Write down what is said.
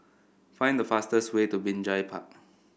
find the fastest way to Binjai Park